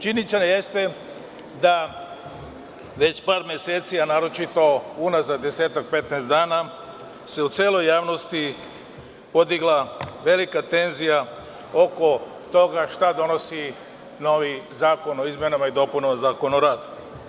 Činjenica jeste da već par meseci, a naročito unazad deseta, petnaest dana se u celoj javnosti podigla velika tenzija oko toga šta donosi novi zakon o izmenama i dopunama Zakona o radu.